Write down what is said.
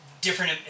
Different